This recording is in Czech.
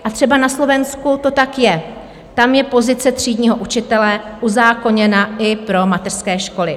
A třeba na Slovensku to tak je, tam je pozice třídního učitele uzákoněna i pro mateřské školy.